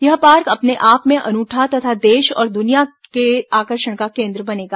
यह पार्क अपने आप में अनूठा तथा देश और दुनिया के आकर्षण का केन्द्र बनेगा